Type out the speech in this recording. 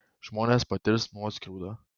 žmonės patirs nuoskriaudą